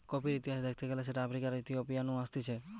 কফির ইতিহাস দ্যাখতে গেলে সেটা আফ্রিকার ইথিওপিয়া নু আসতিছে